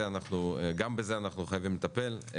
וגם בזה אנחנו חייבים לטפל.